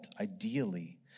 ideally